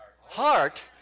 heart